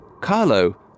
Carlo